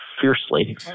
fiercely